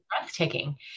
breathtaking